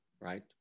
Right